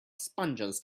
sponges